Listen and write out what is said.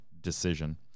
decision